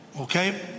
Okay